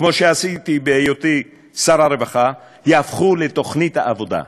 כמו שעשיתי בהיותי שר הרווחה, לתוכנית העבודה.